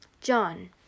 John